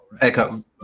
Echo